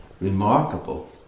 remarkable